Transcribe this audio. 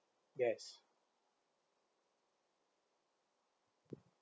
yes